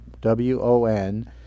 W-O-N